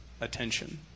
attention